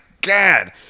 god